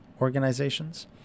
organizations